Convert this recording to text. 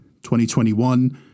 2021